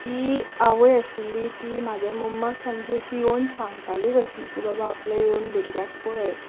ती आवय आशिल्ली ती म्हजे मम्माक सामकी अशी येवन सांगताली कशी की बाबा आपल्या येवन भुरग्याक पळय